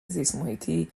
زیستمحیطی